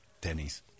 Denny's